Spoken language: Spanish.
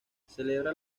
celebra